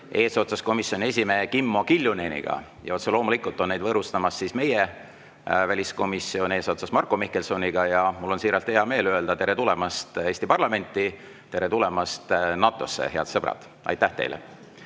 eesotsas komisjoni esimehe Kimmo Kiljuneniga. Ja otse loomulikult on neid võõrustamas meie väliskomisjon eesotsas Marko Mihkelsoniga. Mul on siiralt hea meel öelda tere tulemast Eesti parlamenti. Tere tulemast NATO-sse, head sõbrad! Aitäh teile!